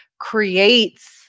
creates